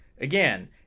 again